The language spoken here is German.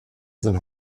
sind